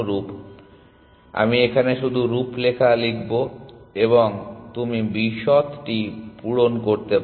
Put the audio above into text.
সুতরাং আমি এখানে শুধু রূপরেখা লিখব এবং তুমি বিশদটি পূরণ করতে পারো